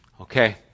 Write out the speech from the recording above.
Okay